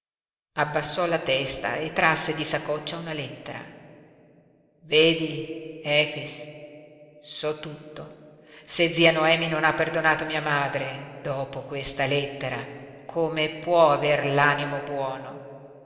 abbassò la testa e trasse di saccoccia una lettera vedi efix so tutto se zia noemi non ha perdonato mia madre dopo questa lettera come può aver l'animo buono